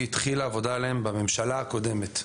התחילה העבודה עליהם בממשלה הקודמת.